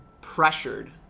pressured